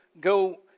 go